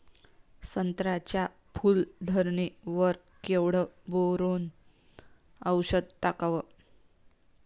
संत्र्याच्या फूल धरणे वर केवढं बोरोंन औषध टाकावं?